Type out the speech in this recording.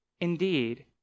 indeed